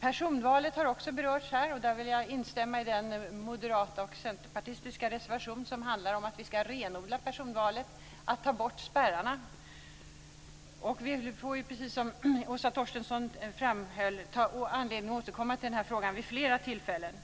Personvalet har också berörts här. Jag vill instämma i den moderata och centerpartistiska reservationen, som handlar om att vi ska renodla personvalet och ta bort spärrarna. Vi får ju, precis som Åsa Torstensson framhöll, anledning att återkomma till den frågan vid flera tillfällen.